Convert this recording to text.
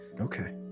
Okay